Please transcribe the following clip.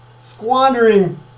squandering